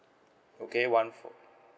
okay one four